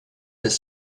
des